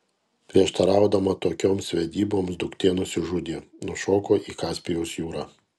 prieštaraudama tokioms vedyboms duktė nusižudė nušoko į kaspijos jūrą